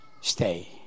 Stay